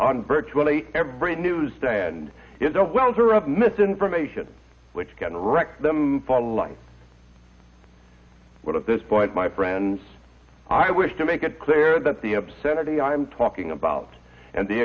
on virtually every newsstand is the welfare of misinformation which can wreck them for life at this point my friends i wish to make it clear that the obscenity i'm talking about and the